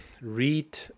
read